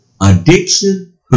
addiction